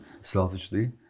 selfishly